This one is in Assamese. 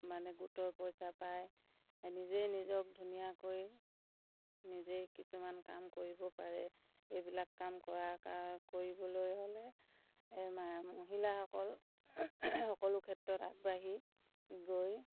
মানে গোটৰ পইচা পায় নিজেই নিজক ধুনীয়াকৈ নিজেই কিছুমান কাম কৰিব পাৰে এইবিলাক কাম কৰা কৰিবলৈ হ'লে মহিলাসকল সকলো ক্ষেত্ৰত আগবাঢ়ি গৈ